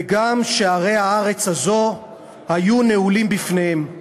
וגם שערי הארץ הזאת היו נעולים בפניהם.